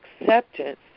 acceptance